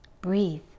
Breathe